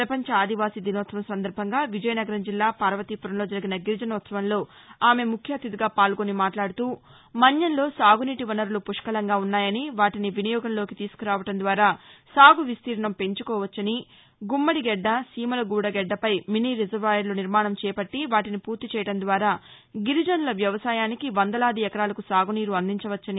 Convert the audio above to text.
ప్రపంచ ఆదీవాసి దినోత్సవం సందర్బంగా విజయనగరం జిల్లా పార్వతీపురంలో జరిగిన గిరిజనోత్సవంలో ఆమె ముఖ్య అతిథిగా పాల్గొని మాట్లాడుతూ మన్యంలో సాగునీటి వనరులు పుష్యలంగా ఉ న్నాయని వాటిని వినియోగంలోకి తీసుకురావడం ద్వారా సాగు విస్తీర్ణం పెంచుకోవచ్చని గుమ్మడి గెద్ద సీమలగూడ గెడ్డపై మినీ రిజర్వాయర్లు నిర్మాణం చేపట్టి వాటీని పూర్తి చేయడం ద్వారా గిరినుల వ్యవసాయానికి వందలాది ఎకరాలకు సాగునీరందించవచ్చన్నారు